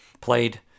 played